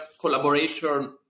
collaboration